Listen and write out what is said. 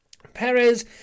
Perez